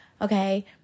okay